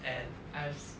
and I've s~